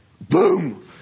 Boom